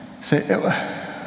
say